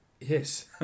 Yes